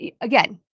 Again